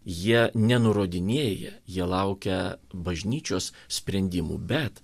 jie nenurodinėja jie laukia bažnyčios sprendimų bet